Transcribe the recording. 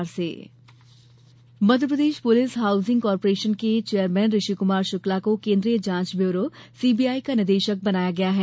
CBI निदेशक Madhya Pradesh police housing corporation के chairman Rishi Kumar Shukla को केन्द्रीय जांच ब्यूरो सीबीआई का निदेशक बनाया गया है